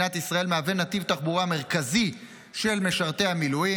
ישראל מהווה נתיב תחבורה מרכזי של משרתי המילואים.